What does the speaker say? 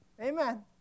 Amen